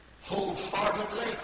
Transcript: wholeheartedly